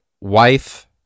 wife